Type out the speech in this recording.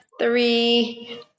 three